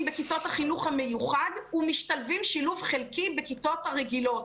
בכיתות החינוך המיוחד ומשתלבים שילוב חלקי בכיתות הרגילות.